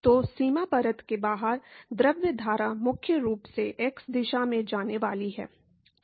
तो सीमा परत के बाहर द्रव धारा मुख्य रूप से x दिशा में जाने वाली है